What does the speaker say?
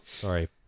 Sorry